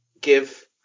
give